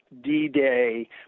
D-Day